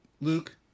Luke